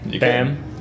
Bam